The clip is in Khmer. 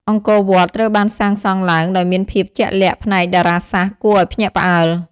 អង្គរវត្ត ត្រូវបានសាងសង់ឡើងដោយមានភាពជាក់លាក់ផ្នែកតារាសាស្ត្រគួរឲ្យភ្ញាក់ផ្អើល។